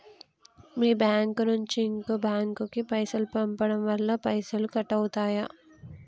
మీ bank నుంచి ఇంకో bank కు పైసలు పంపడం వల్ల పైసలు కట్ అవుతయా?